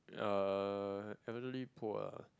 uh elderly poor ah